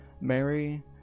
Mary